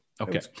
Okay